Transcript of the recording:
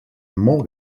molt